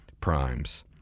primes